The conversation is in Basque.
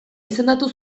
izendatu